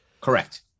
Correct